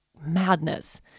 madness